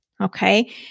Okay